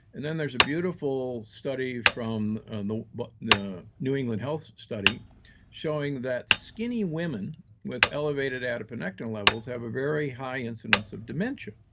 then there's a beautiful study from and the but the new england health study showing that skinny women with elevated adiponectin levels have a very high incidence of dementia.